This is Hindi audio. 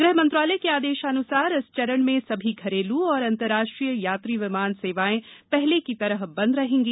गृह मंत्रालय के आदेशानुसार इस चरण में सभी घरेलू और अंतर्राष्ट्रीय यात्री विमान सेवाएं पहले की तरह बंद रहेंगी